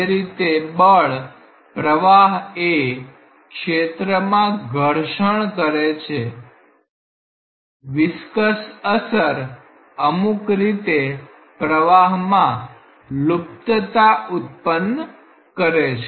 જે રીતે બળ પ્રવાહ એ ક્ષેત્રમાં ઘર્ષણ કરે છે વિસ્કસ અસર અમુક રીતે પ્રવાહમાં લુપ્તતા ઉત્પન્ન કરે છે